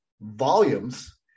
volumes